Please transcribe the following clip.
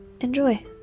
enjoy